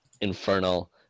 Infernal